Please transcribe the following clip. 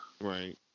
Right